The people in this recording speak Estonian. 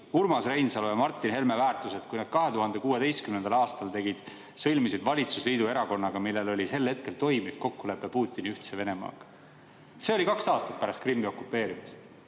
Urmas Reinsalu ja Martin Helme väärtused, kui nad 2016. aastal sõlmisid valitsusliidu erakonnaga, millel oli sel hetkel toimiv kokkulepe Putini Ühtse Venemaaga. See oli kaks aastat pärast Krimmi okupeerimist.